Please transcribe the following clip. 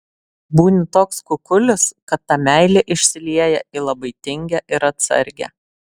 būni toks kukulis kad ta meilė išsilieja į labai tingią ir atsargią